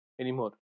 anymore